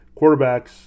quarterbacks